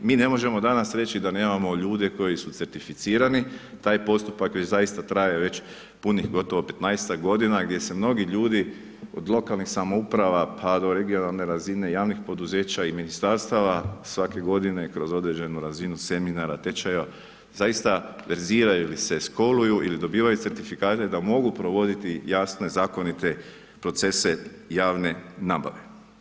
Mi ne možemo danas reći da nemamo ljude koji su certificirani, taj postupak već zaista traje već punih gotovo 15-ak godina gdje se mnogi ljudi od lokalnih samouprava pa do regionalne razine, javnih poduzeća i ministarstava svake godine kroz određenu razinu seminara, tečajeva zaista verziraju ili se školuju ili dobivaju certifikate da mogu provoditi jasne, zakonite procese javne nabave.